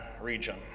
region